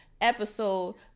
episode